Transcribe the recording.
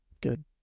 good